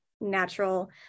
natural